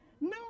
no